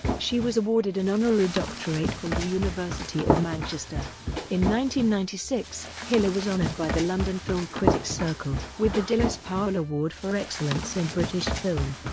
she was awarded an honorary doctorate from the university of manchester ninety ninety six, hiller was honoured by the london film critics circle with the dilys powell award for excellence in british film.